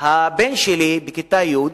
הבן שלי, בכיתה י',